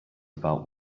about